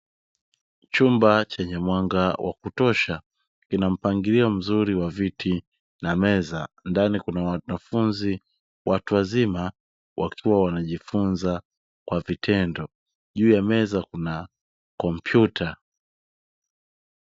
Chumba chenye mwanga wa kutosha, kina mpangilio mzuri wa viti na meza. Ndani kuna wanafunzi watu wazima wakiwa wanajifunza kwa vitendo, juu ya meza kuna kompyuta.